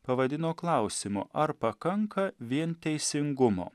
pavadino klausimu ar pakanka vien teisingumo